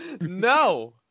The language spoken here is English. No